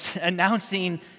announcing